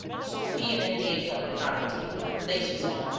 sophie and henrietta were not at table, were they suzanne?